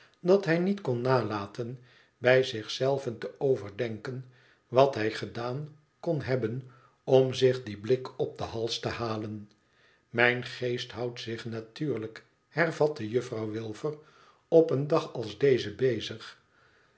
dat hij niet kon nalaten bij zich zelven te overdenken wat hij gedaan kon hebben om zich dien blik op den hals te halen mijn geest houdt zich natuurlijk hervatte juffrouw wilfer op een dag als dezen bezig